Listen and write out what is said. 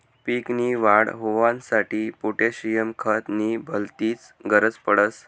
पीक नी वाढ होवांसाठी पोटॅशियम खत नी भलतीच गरज पडस